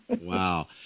Wow